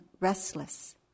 restless